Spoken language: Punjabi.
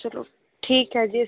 ਚਲੋ ਠੀਕ ਹੈ ਜੀ